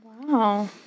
Wow